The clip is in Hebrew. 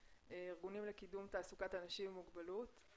ארגונים לקידום תעסוקת אנשים עם מוגבלות,